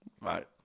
right